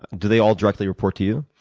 did they all directly report to you?